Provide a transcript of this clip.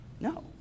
No